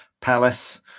palace